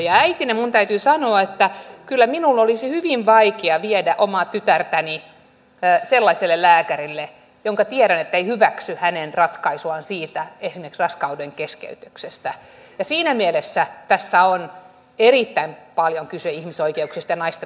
äitinä minun täytyy sanoa että kyllä minun olisi hyvin vaikea viedä omaa tytärtäni sellaiselle lääkärille josta tiedän ettei hyväksy hänen ratkaisuaan esimerkiksi raskaudenkeskeytyksestä ja siinä mielessä tässä on erittäin paljon kyse ihmisoikeuksista ja naisten oikeuksista